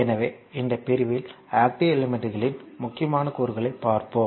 எனவே இந்த பிரிவில் ஆக்ட்டிவ் எலிமெண்ட்களின் முக்கியமான கூறுகளை பார்ப்போம்